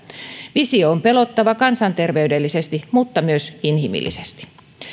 visio on pelottava kansanterveydellisesti mutta myös inhimillisesti